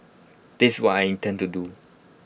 that's what I intend to do